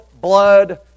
blood